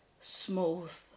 smooth